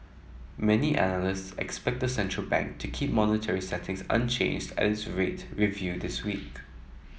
many analysts expect the central bank to keep monetary settings unchanges at its rate reviewed this week